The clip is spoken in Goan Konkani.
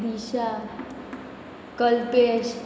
दिशा कल्पेश